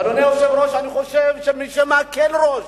אדוני היושב-ראש, אני חושב שמי שמקל ראש